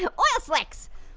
yeah oil slicks!